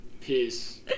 peace